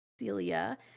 Celia